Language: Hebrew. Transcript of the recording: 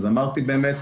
אז אמרתי באמת.